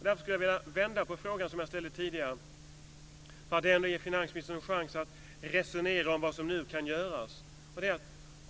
Jag skulle vilja vända på den fråga som jag ställde tidigare, för att ge finansministern en chans att resonera om vad som nu kan göras.